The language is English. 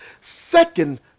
second